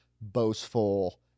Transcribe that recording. boastful